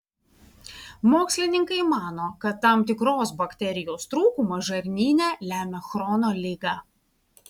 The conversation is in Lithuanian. mokslininkai mano kad tam tikros bakterijos trūkumas žarnyne lemia chrono ligą